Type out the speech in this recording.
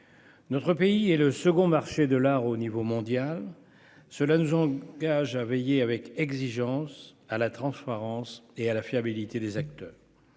Notre pays représente le second marché de l'art dans le monde. Cela nous engage à veiller avec exigence à la transparence et à la fiabilité des acteurs.